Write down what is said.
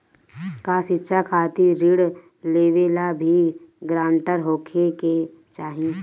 का शिक्षा खातिर ऋण लेवेला भी ग्रानटर होखे के चाही?